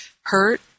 hurt